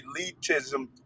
elitism